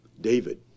David